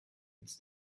it’s